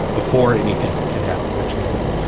before anything can happen between them.